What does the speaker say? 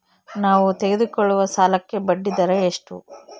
ನಾವು ತೆಗೆದುಕೊಳ್ಳುವ ಸಾಲಕ್ಕೆ ಬಡ್ಡಿದರ ಎಷ್ಟು?